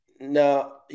No